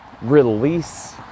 release